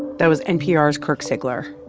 that was npr's kirk siegler